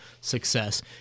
success